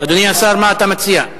אדוני השר, מה אתה מציע?